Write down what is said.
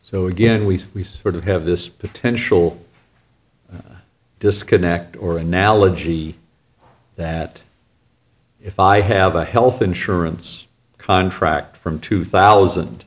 so again we we sort of have this potential disconnect or analogy that if i have a health insurance contract from two thousand